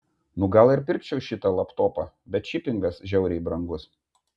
nu gal ir pirkčiau šitą laptopą bet šipingas žiauriai brangus